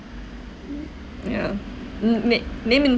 yeah n~ na~ name and